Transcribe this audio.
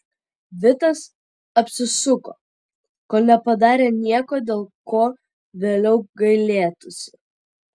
vitas apsisuko kol nepadarė nieko dėl ko vėliau gailėtųsi